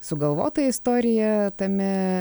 sugalvota istorija tame